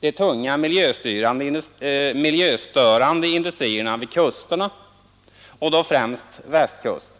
de tunga miljöstörande industrierna vid kusterna, och då främst Västkusten.